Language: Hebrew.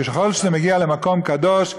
ככל שזה מגיע למקום קדוש,